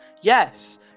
Yes